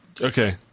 Okay